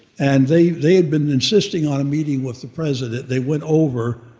and they they had been insisting on meeting with the president. they went over,